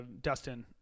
Dustin